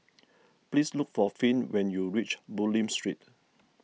please look for Finn when you reach Bulim Street